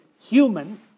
human